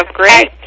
great